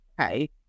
okay